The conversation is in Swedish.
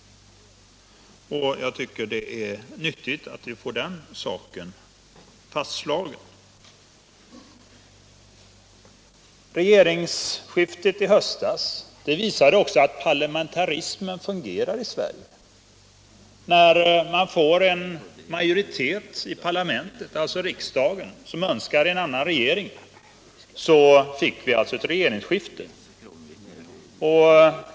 Jag tycker att det är nyttigt att vi får den saken fastslagen. Regeringsskiftet i höstas visade också att parlamentarismen fungerar i Sverige. När vi fick en majoritet i parlamentet som önskade en annan regering blev det alltså ett regeringsskifte.